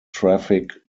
traffic